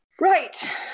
Right